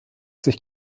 sich